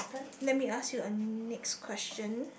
let me ask you a next question